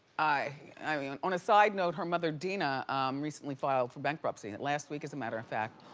i mean on on a side note, her mother dina recently filed for bankruptcy, last week as a matter of fact.